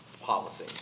policy